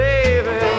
Baby